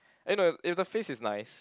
eh no if the face is nice